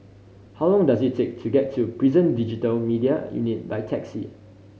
how long does it take to get to Prison Digital Media Unit by taxi